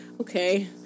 okay